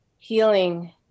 Healing